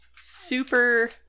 super